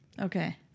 Okay